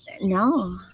No